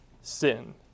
sin